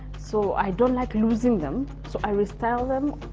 so i don't like losing them, so i restyle them,